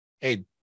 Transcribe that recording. Hey